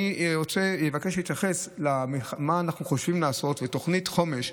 אני רוצה לבקש להתייחס למה שאנחנו חושבים לעשות בתוכנית חומש,